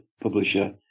publisher